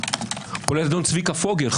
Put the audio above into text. כולל צביקה פוגל,